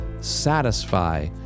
satisfy